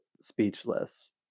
speechless